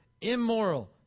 immoral